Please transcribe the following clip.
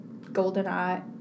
Goldeneye